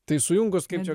tai sujungus kaip čia